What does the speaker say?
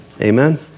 Amen